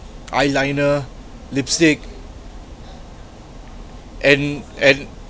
eyeliner lipstick and and